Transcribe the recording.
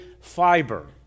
fiber